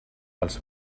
els